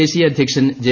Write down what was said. ദേശീയ അധ്യക്ഷൻ ജെ